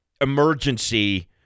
emergency